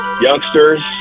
youngsters